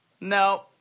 No